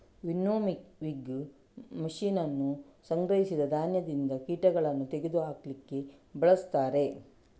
winnowing machine ಅನ್ನು ಸಂಗ್ರಹಿಸಿದ ಧಾನ್ಯದಿಂದ ಕೀಟಗಳನ್ನು ತೆಗೆದು ಹಾಕ್ಲಿಕ್ಕೆ ಬಳಸ್ತಾರೆ